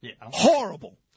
Horrible